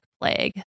plague